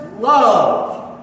love